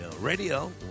Radio